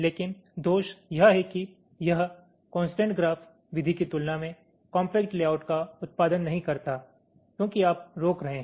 लेकिन दोष यह है कि यह कोंसट्रेंट ग्राफ विधि की तुलना में कॉम्पैक्ट लेआउट का उत्पादन नहीं करता है क्योंकि आप रोक रहे हैं